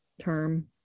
term